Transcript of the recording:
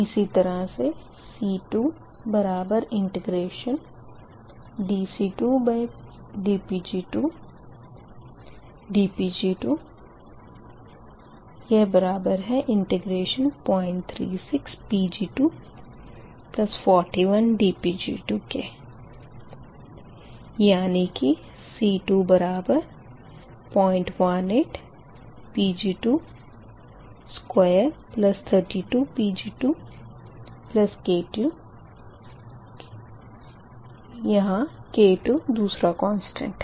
इसी तरह से C2dC2dPg2 dPg2036 Pg241dPg2होगा यानी कि C2018 Pg2232 Pg2K2 K2 दूसरा कोनसटेंट है